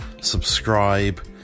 subscribe